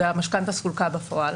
והמשכנתה סולקה בפועל